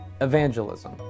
Evangelism